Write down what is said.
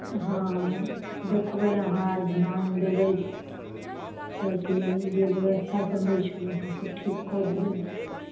हँ देखबै अहाँ आर ध्यान देबै कऽ दिऔन जे ब्यवस्था सब नहि छलन्हि हँ से ठीक कऽ दिऔन